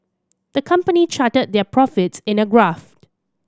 the company charted their profits in a graph